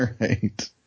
right